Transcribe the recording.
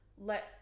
let